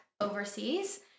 overseas